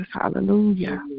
Hallelujah